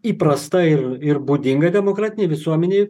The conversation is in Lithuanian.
įprasta ir ir būdinga demokratinei visuomenei